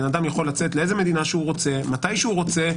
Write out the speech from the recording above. בן אדם יכול לצאת לאיזה מדינה שהוא רוצה מתי שהוא רוצה,